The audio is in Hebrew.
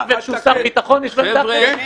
וכשהוא שר ביטחון יש לו עמדה אחרת?